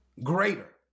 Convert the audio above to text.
greater